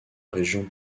région